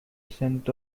scent